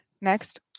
next